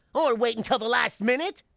or wait until the last minute!